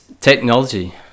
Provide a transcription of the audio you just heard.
technology